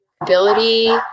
ability